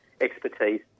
expertise